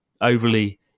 overly